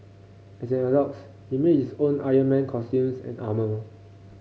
as an adult he makes his own Iron Man costumes and armours